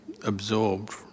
absorbed